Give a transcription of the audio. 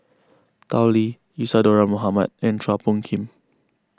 Tao Li Isadhora Mohamed and Chua Phung Kim